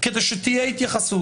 כדי שתהיה התייחסות.